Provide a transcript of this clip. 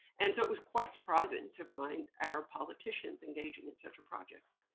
and so, it was quite surprising to find arab politicians engaging in such a project.